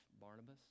Barnabas